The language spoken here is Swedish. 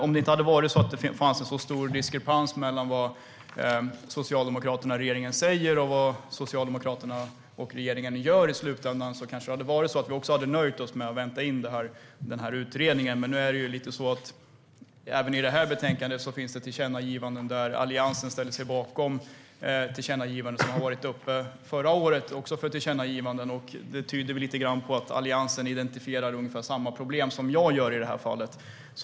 Om det inte hade funnits en så stor diskrepans mellan vad Socialdemokraterna i regeringen säger och vad Socialdemokraterna och regeringen i slutändan gör hade vi kanske också nöjt oss med att vänta in utredningen. Även i det här betänkandet finns det dock tillkännagivanden som Alliansen ställer sig bakom och som var uppe för diskussion som tillkännagivanden också förra året. Det tyder väl lite på att Alliansen identifierar ungefär samma problem som jag gör i det här fallet.